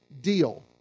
deal